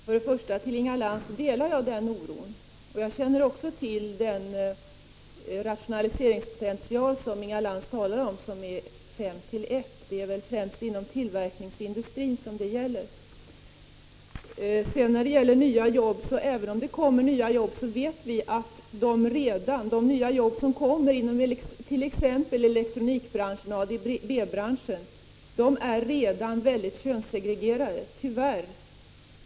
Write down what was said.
Herr talman! Jag delar den oron, Inga Lantz. Jag känner också till den rationaliseringspotential som Inga Lantz talar om — 5:1 — och som främst gäller för tillverkningsindustrin. Även om det också skapas jobb vet vi att de nya jobb som kommer till inom t.ex. elektronikoch ADB-branschen tyvärr redan är mycket könssegregerade.